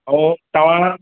ऐं तव्हां